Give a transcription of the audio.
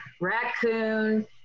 raccoon